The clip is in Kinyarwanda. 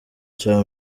cya